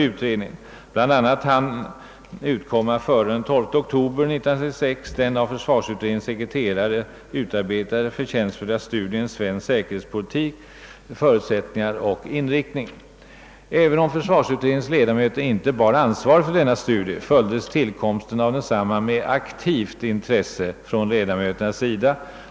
Bland annat hann före den 12 oktober 1966 den av försvarsutredningens sekreterare utarbetade förtjänstfulla studien »Svensk säkerhetspolitik, förutsättningar och inriktning» utkomma. Även om försvarsutredningens ledamöter inte tar ansvaret för denna studie, följdes tillkomsten av densamma med aktivt intresse från ledamöternas sida.